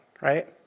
Right